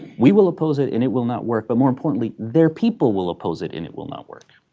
we will oppose it and it will not work. but more importantly, their people will oppose it and it will not work.